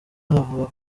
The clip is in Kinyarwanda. avuga